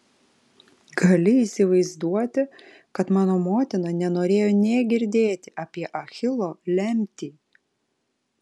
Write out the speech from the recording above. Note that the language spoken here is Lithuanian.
gali įsivaizduoti kad mano motina nenorėjo nė girdėti apie achilo lemtį